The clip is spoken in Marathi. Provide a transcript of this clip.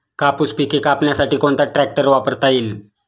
कापूस पिके कापण्यासाठी कोणता ट्रॅक्टर वापरता येईल?